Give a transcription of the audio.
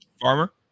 Farmer